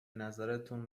نظرتون